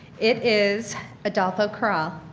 it is adolfo corral.